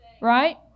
Right